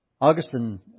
Augustine